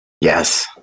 yes